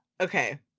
Okay